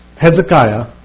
Hezekiah